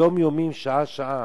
היומיומי, שעה-שעה.